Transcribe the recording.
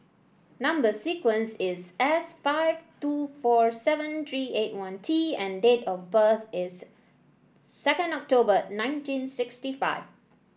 number sequence is S five two four seven three eight one T and date of birth is second October nineteen sixty five